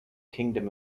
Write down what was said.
kingdom